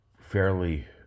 fairly